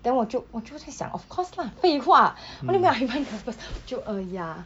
then 我就我就在想 of course lah 废话 what do you mean am I nervous 我就 uh ya